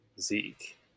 Zeke